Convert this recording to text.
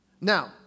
Now